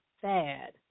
sad